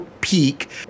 peak